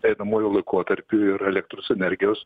einamuoju laikotarpiu ir elektros energijos